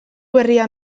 berria